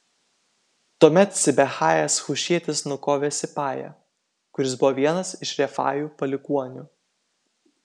tuomet sibechajas hušietis nukovė sipają kuris buvo vienas iš refajų palikuonių